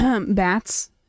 Bats